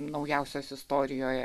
naujausios istorijoje